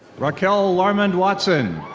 racquel ah larmond watson.